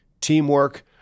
teamwork